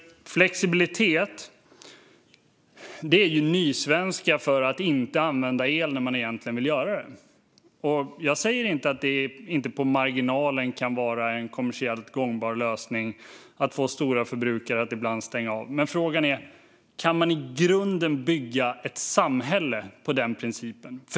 Flexibilitet är ju nysvenska för att inte använda el när man egentligen vill göra det. Jag säger inte att det inte på marginalen kan vara en kommersiellt gångbar lösning att få stora förbrukare att ibland stänga av, men frågan är: Kan man i grunden bygga ett samhälle på den principen?